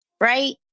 Right